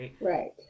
right